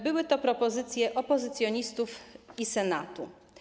Były to propozycje opozycjonistów i Senatu.